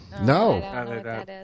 No